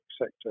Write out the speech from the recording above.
sector